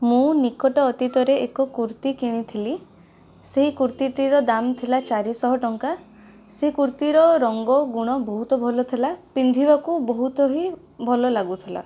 ମୁଁ ନିକଟ ଅତୀତରେ ଏକ କୁର୍ତ୍ତୀ କିଣିଥିଲି ସେଇ କୁର୍ତ୍ତୀଟିର ଦାମ ଥିଲା ଚାରିଶହ ଟଙ୍କା ସେ କୁର୍ତ୍ତୀର ରଙ୍ଗ ଗୁଣ ବହୁତ ଭଲ ଥିଲା ପିନ୍ଧିବାକୁ ବହୁତ ହିଁ ଭଲ ଲାଗୁଥିଲା